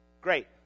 Great